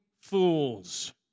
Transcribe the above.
fools